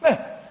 Ne.